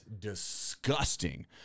disgusting